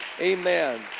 Amen